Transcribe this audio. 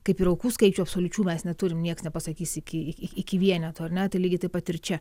kaip ir aukų skaičių absoliučių mes neturim niekas nepasakys iki iki vieneto ar ne tai lygiai taip pat ir čia